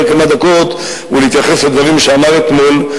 כמה דקות ולהתייחס לדברים שאמר אתמול,